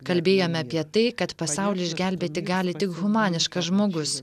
kalbėjome apie tai kad pasaulį išgelbėti gali tik humaniškas žmogus